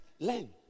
Learn